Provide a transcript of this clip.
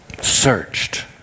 searched